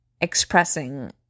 expressing